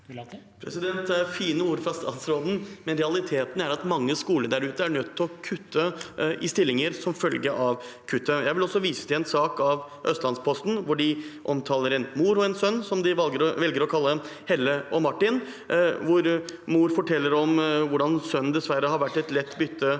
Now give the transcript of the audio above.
Det er fine ord fra statsråden, men realiteten er at mange skoler der ute er nødt til å kutte i stillinger som følge av kuttet. Jeg vil også vise til en sak fra Østlands-Posten, hvor de omtaler en mor og en sønn som de velger å kalle Helle og Martin. Mor forteller om hvordan sønnen dessverre har vært et lett bytte for